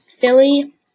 Philly